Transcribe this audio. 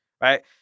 right